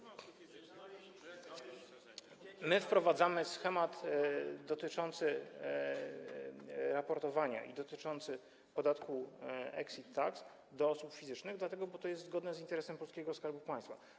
My wprowadzamy schemat dotyczący raportowania i dotyczący podatku exit tax od osób fizycznych dlatego, że to jest zgodne z interesem polskiego Skarbu Państwa.